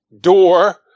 door